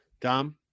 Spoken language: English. Dom